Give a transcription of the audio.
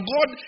God